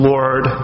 Lord